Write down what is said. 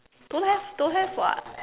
don't have don't have [what]